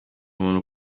umuntu